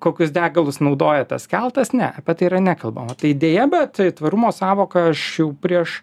kokius degalus naudoja tas keltas ne apie tai yra nekalbama tai deja bet tvarumo sąvoka aš jau prieš